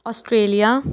Australia